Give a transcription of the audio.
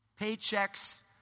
Paychecks